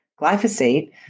glyphosate